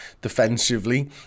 defensively